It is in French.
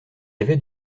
avait